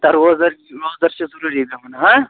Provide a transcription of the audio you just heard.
تا روزدَر روزدَر چھُ ضُروٗری بیٛوہن